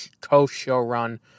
co-showrun